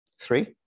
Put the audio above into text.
Three